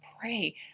pray